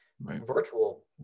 virtual